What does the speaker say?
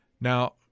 Now